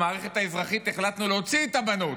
במערכת האזרחית החלטנו להוציא את הבנות